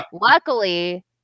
Luckily